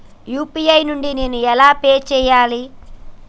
UPI నుండి నేను ఎలా పే చెయ్యాలి?